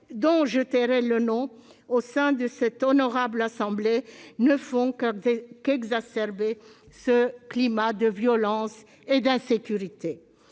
dont je tairai le nom au sein de cette honorable assemblée ne font qu'exacerber ce climat de violence et d'insécurité.